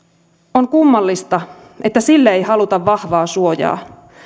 on kummallista että sille ei haluta vahvaa suojaa